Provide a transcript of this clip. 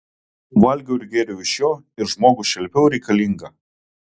valgiau ir gėriau iš jo ir žmogų šelpiau reikalingą